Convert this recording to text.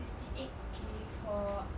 sixty eight K for